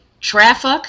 Traffic